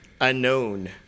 unknown